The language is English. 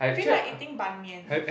feel like eating Ban-Mian